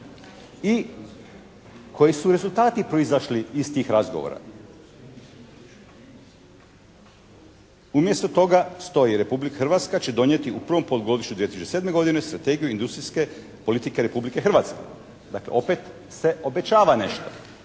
i koji su rezultati proizašli iz tih razgovora. Umjesto toga stoji: "Republika Hrvatska će donijeti u prvom polugodištu 2007. godine Strategiju industrije politike Republike Hrvatske". Dakle, opet se obećava nešto,